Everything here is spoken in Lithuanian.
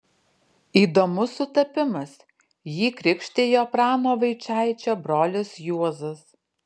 įdomus sutapimas jį krikštijo prano vaičaičio brolis juozas